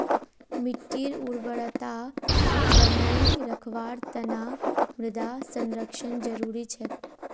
मिट्टीर उर्वरता बनई रखवार तना मृदा संरक्षण जरुरी छेक